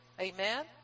Amen